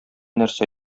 нәрсә